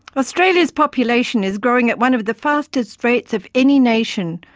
australia's population is growing at one of the fastest rates of any nation,